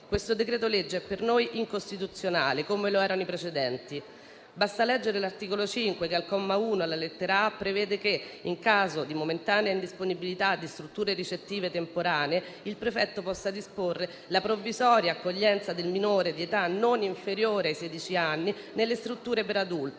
Questo decreto-legge è per noi incostituzionale, come lo erano i precedenti. Basta leggere l'articolo 5 che, al comma 1, alla lettera *a)*, prevede che, in caso di momentanea indisponibilità di strutture ricettive temporanee, il prefetto possa disporre la provvisoria accoglienza del minore di età non inferiore ai sedici anni nelle strutture per adulti,